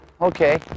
Okay